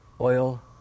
oil